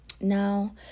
Now